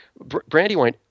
Brandywine